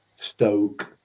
stoke